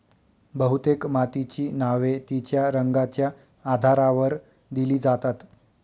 बहुतेक मातीची नावे तिच्या रंगाच्या आधारावर दिली जातात